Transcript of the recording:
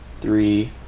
three